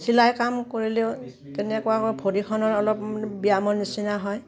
চিলাই কাম কৰিলেও তেনেকুৱাকৈ ভৰিখনৰ অলপ ব্যায়ামৰ নিচিনা হয়